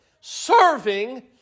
serving